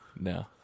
No